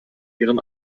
ihren